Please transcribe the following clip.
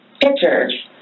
pictures